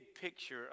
picture